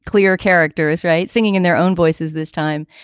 clear characters. right. singing in their own voices this time.